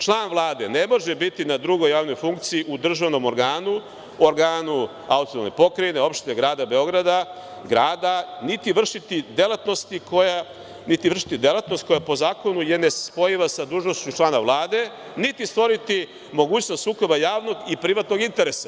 Član Vlade ne može biti na drugoj javnoj funkciji u državnom organu, organu autonomne pokrajine, opštine, Grada Beograda, grada, niti vršiti delatnost koja po zakonu je nespojiva sa dužnošću člana Vlade, niti stvoriti mogućnost sukoba javnog i privatnog interesa.